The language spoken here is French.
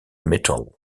metal